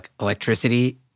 electricity